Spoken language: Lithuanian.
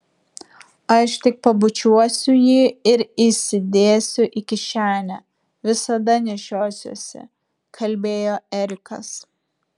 aš tik pabučiuosiu jį ir įsidėsiu į kišenę visada nešiosiuosi kalbėjo erikas